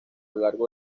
largo